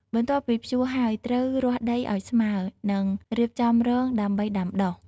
បន្ទាប់ពីភ្ជួរហើយ ត្រូវរាស់ដីឱ្យស្មើ និងរៀបចំរងដើម្បីដាំដុះ។